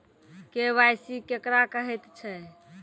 KYC केकरा कहैत छै?